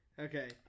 Okay